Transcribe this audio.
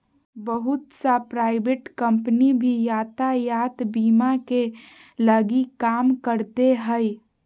बहुत सा private company भी यातायात बीमा के लगी काम करते हइ